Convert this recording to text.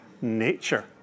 nature